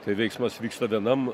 tai veiksmas vyksta vienam